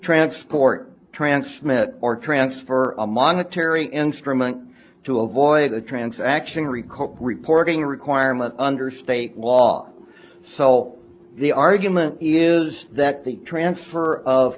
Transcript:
transport transmitter or transfer a monetary instrument to avoid the transaction recall reporting requirement under state law so the argument is that the transfer of